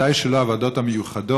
ודאי שלא מהוועדות המיוחדות,